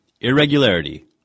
irregularity